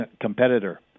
competitor